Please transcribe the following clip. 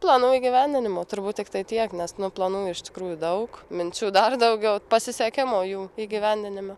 planų įgyvendinimo turbūt tiktai tiek nes nu planų iš tikrųjų daug minčių dar daugiau pasisekimo jų įgyvendinime